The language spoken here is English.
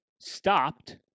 stopped